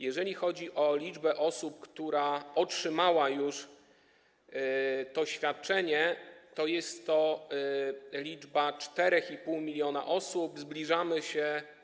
Jeżeli chodzi o liczbę osób, która otrzymała już to oświadczenie, to jest to liczba 4,5 mln osób, zbliżamy się.